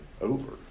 over